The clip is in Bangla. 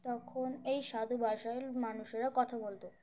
তখন এই সাধু ভাষায় মানুষেরা কথা বলতো